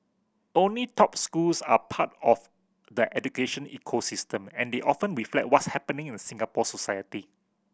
only top schools are part of the education ecosystem and they often reflect what's happening in Singapore society